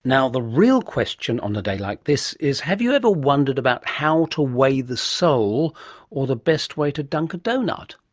now the real question on a day like this is have you ever wondered about how to weigh the soul or the best way to dunk a doughnut?